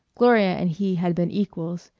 gloria and he had been equals,